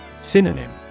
Synonym